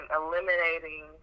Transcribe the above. eliminating